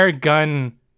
gun